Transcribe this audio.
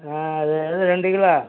ஆ அதில் ரெண்டு கிலோ